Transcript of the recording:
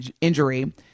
injury